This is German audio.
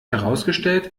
herausgestellt